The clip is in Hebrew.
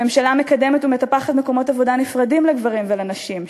הממשלה מקדמת ומטפחת מקומות עבודה נפרדים לגברים ולנשים.